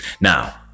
Now